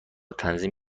تنظیم